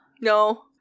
No